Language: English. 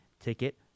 ticket